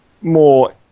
more